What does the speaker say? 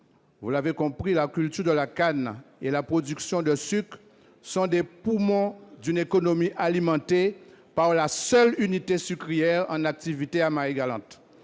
Vous l'aurez compris, la culture de la canne et la production de sucre sont les poumons d'une économie alimentée par la seule unité sucrière en activité à Marie-Galante,